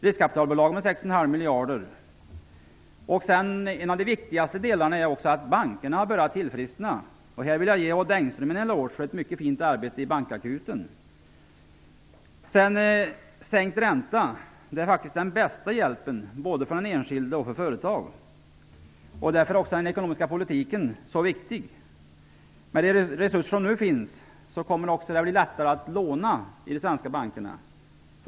Riskkapitalbolagen har Något av det viktigaste är att bankerna börjar tillfriskna. Jag vill här ge Odd Engström en eloge för ett mycket fint arbete i bankakuten. Sänkt ränta är den bästa hjälpen för både den enskilde och företag. Därför är den ekonomiska politiken så viktig. Med de resurser som nu finns kommer det att bli lättare att låna i de svenska bankerna.